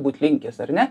būt linkęs ar ne